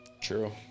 True